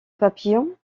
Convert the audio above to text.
papillon